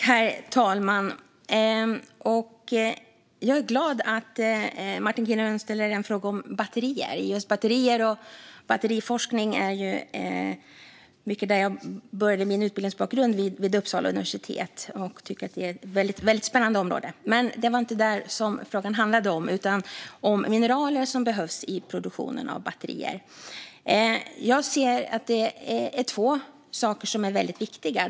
Herr talman! Jag är glad att Martin Kinnunen ställde en fråga om batterier. När det gäller just batterier och batteriforskning var det mycket där jag började min utbildning vid Uppsala universitet. Jag tycker att det är ett väldigt spännande område. Men det var inte det frågan handlade om, utan den handlade om de mineral som behövs i produktionen av batterier. Jag ser att det är två saker som är väldigt viktiga.